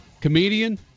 comedian